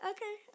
Okay